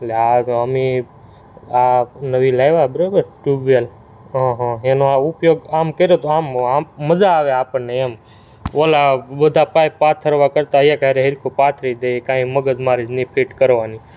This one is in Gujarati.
એટલે આ તો અમે આ નવી લાવ્યા બરબર ટ્યૂબવેલ હં હં એનો આ ઉપયોગ આમ કર્યો તો આમ આમ મજા આવે આપણને એમ ઓલા બધા પાઇપ પાથરવા કરતાં એક હારે સરખું પાથરી દઈએ કાંઈ મગજમારી જ નહીં ફિટ કરવાની